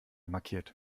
markiert